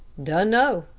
dunno,